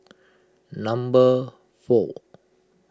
number four